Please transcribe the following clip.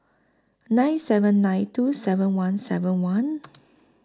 nine seven nine two seven one seven one